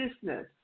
business